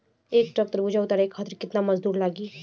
एक ट्रक तरबूजा उतारे खातीर कितना मजदुर लागी?